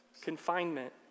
Confinement